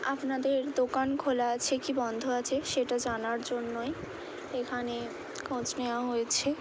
আপনাদের দোকান খোলা আছে কি বন্ধ আছে সেটা জানার জন্যই এখানে খোঁজ নেওয়া হয়েছে